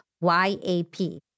Y-A-P